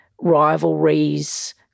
rivalries